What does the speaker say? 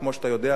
כמו שאתה יודע,